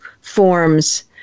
forms